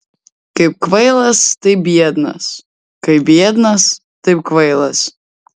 kaip kvailas taip biednas kaip biednas taip kvailas